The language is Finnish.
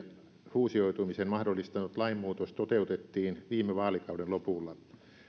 fuusioitumisen mahdollistanut lainmuutos toteutettiin viime vaalikauden lopulla